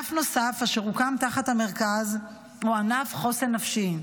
ענף נוסף אשר הוקם תחת המרכז הוא ענף חוסן נפשי.